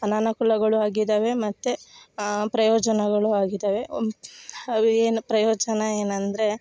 ಅನಾನುಕೂಲಗಳು ಆಗಿದಾವೆ ಮತ್ತು ಪ್ರಯೋಜನಗಳು ಆಗಿದಾವೆ ಅವು ಏನು ಪ್ರಯೋಜನ ಏನಂದರೆ